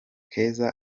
keza